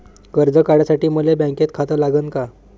कर्ज काढासाठी मले बँकेत खातं लागन का?